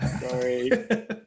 Sorry